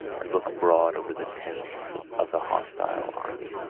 and look abroad over the tents of the hostile army.